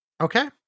Okay